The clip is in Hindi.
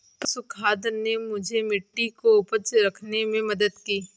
पशु खाद ने मुझे मिट्टी को उपजाऊ रखने में मदद की